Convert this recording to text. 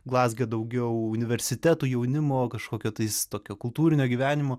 glazge daugiau universitetų jaunimo kažkokio tais tokio kultūrinio gyvenimo